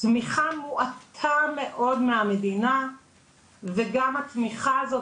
תמיכה מועטה מאוד מהמדינה וגם התמיכה הזאת,